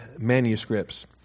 manuscripts